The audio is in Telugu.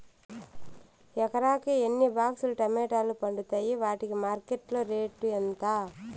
ఎకరాకి ఎన్ని బాక్స్ లు టమోటాలు పండుతాయి వాటికి మార్కెట్లో రేటు ఎంత?